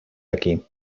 aquí